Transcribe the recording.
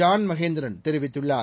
John Mahendran தெரிவித்துள்ளார்